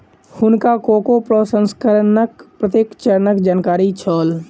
हुनका कोको प्रसंस्करणक प्रत्येक चरणक जानकारी छल